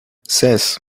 ses